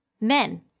Men